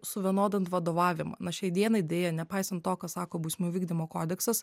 suvienodint vadovavimą na šiai dienai deja nepaisant to ką sako bausmių vykdymo kodeksas